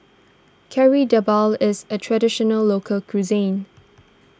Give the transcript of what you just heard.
Kari Debal is a Traditional Local Cuisine